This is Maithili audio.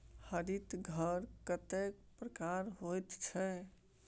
हरित घर कतेक प्रकारक होइत छै?